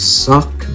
suck